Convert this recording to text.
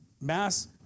mass